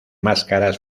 máscaras